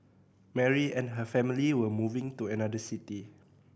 Mary and her family were moving to another city